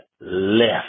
left